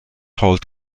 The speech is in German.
holt